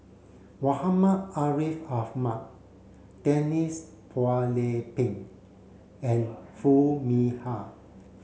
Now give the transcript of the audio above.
Muhammad Ariff Ahmad Denise Phua Lay Peng and Foo Mee Har